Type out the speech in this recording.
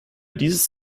dieses